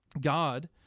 God